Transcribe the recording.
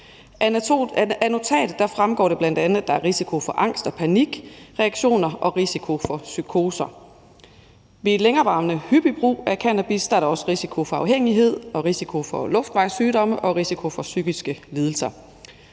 Af notatet fremgår det bl.a., at der er risiko for angst og panikreaktioner og psykoser. Ved længerevarende hyppig brug af cannabis er der også risiko for afhængighed og risiko for luftvejssygdomme og psykiske lidelser.